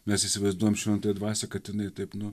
mes įsivaizduojam šventąją dvasią kad jinai taip nu